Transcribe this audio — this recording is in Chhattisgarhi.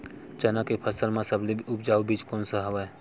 चना के फसल म सबले उपजाऊ बीज कोन स हवय?